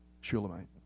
Shulamite